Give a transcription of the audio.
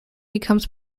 becomes